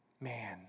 Man